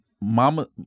Mama